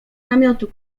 namiotu